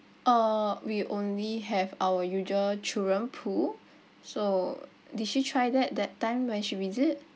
uh we only have our usual children pool so did you try that that time when she visit